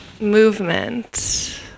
Movement